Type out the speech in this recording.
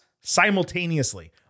simultaneously